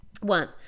One